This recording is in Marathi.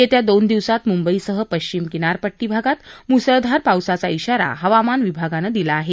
येत्या दोन दिवसात मुंबईसह पश्चिम किनारपट्टी भागात मुसळधार पावसाचा इशारा हवामान विभागाने दिला आहे